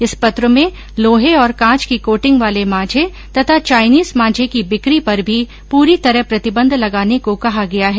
इस पत्र में लोहे और कांच की कोटिंग वाले मांझे तथा चाइनीज मांझे की बिकी पर भी पूरी तरह प्रतिबंध लगाने को कहा गया है